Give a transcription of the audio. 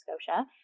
Scotia